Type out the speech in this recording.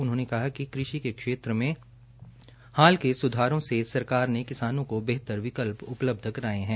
उन्होने कहा कि कृषि के क्षेत्र मे हाल के सुधारों से सरकार ने किसानों को बेहतर विकल्प उपलब्ध कराये है